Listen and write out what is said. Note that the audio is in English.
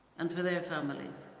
and for their families.